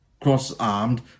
cross-armed